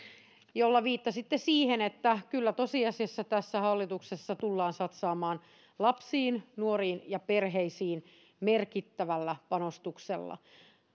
jolla viittasitte siihen että kyllä tosiasiassa tässä hallituksessa tullaan satsaamaan lapsiin nuoriin ja perheisiin merkittävällä panostuksella